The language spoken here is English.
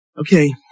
okay